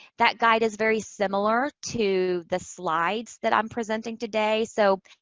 that guide is very similar to the slides that i'm presenting today. so,